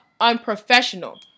unprofessional